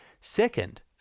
Second